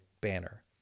banner